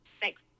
thanks